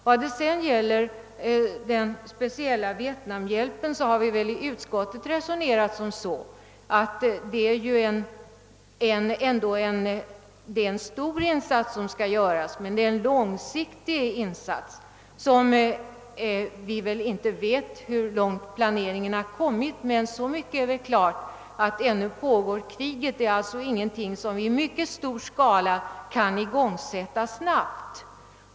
Vad sedan gäller vietnamhjälpen bör man ha klart för sig, att den stora insats som där skall göras är långsiktig och att vi ännu inte vet hur långt planerna har avancerat. Men så mycket är ändå klart att kriget alltjämt pågår, och vad vi kan göra är därför ingenting som kan genomföras i mycket stor skala och mycket snabbt.